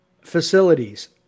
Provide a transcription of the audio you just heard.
Facilities